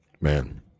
Man